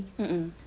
mmhmm